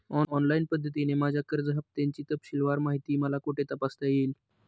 Online पद्धतीने माझ्या कर्ज हफ्त्याची तपशीलवार माहिती मला कुठे तपासता येईल?